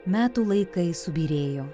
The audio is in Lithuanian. metų laikai subyrėjo